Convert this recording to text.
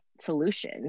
solution